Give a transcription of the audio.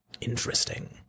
Interesting